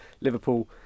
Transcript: Liverpool